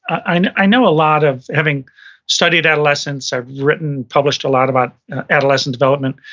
i i know a lot of, having studied adolescence, i've written, published a lot about adolescent development.